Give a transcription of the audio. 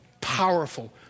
powerful